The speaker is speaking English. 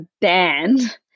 band